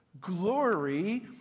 glory